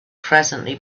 presently